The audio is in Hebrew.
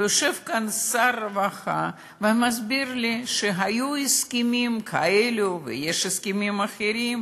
ויושב כאן שר הרווחה ומסביר לי שהיו הסכמים כאלה ויש הסכמים אחרים.